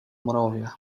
mrowie